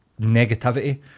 negativity